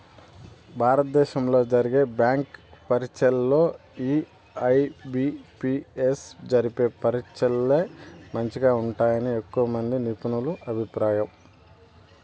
భారత దేశంలో జరిగే బ్యాంకి పరీచ్చల్లో ఈ ఐ.బి.పి.ఎస్ జరిపే పరీచ్చలే మంచిగా ఉంటాయని ఎక్కువమంది నిపునుల అభిప్రాయం